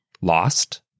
lost